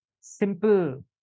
simple